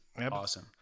awesome